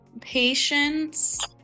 patience